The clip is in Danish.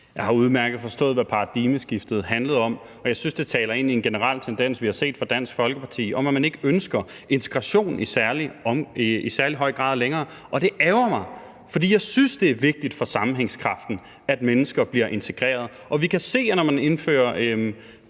Jeg har udmærket forstået, hvad paradigmeskiftet handlede om, og jeg synes, det taler ind i en generel tendens, vi har set fra Dansk Folkeparti om, at man ikke længere ønsker integration i særlig høj grad, og det ærgrer mig. For jeg synes, det er vigtigt for sammenhængskraften, at mennesker bliver integreret. Og vi kan se, når man indfører